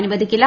അനുവദിക്കില്ല